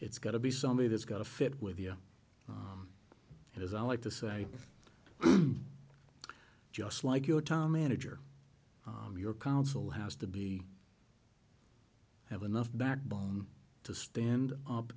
it's got to be somebody that's got a fit with the and as i like to say just like your town manager your counsel has to be have enough backbone to stand up